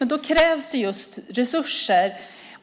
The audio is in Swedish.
Och då krävs just resurser.